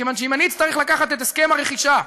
מכיוון שאם אני אצטרך לקחת את הסכם הרכישה,